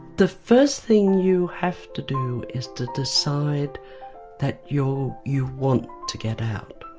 the first thing you have to do is to decide that you you want to get out.